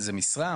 זה משרה?